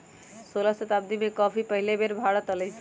सोलह शताब्दी में कॉफी पहिल बेर भारत आलय